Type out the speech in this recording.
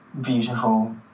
beautiful